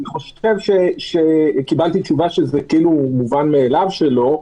אני חושב שקיבלתי תשובה שזה מובן מאליו שלא,